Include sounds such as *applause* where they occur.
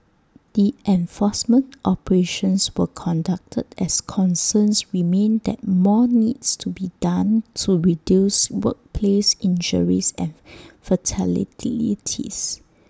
the enforcement operations were conducted as concerns remain that more needs to be done to reduce workplace injuries and *unintelligible*